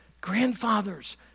grandfathers